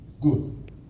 Good